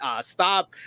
Stop